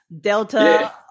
Delta